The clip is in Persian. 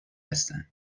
هستن